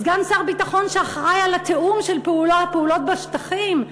סגן שר ביטחון שאחראי לתיאום של הפעולות בשטחים,